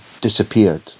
disappeared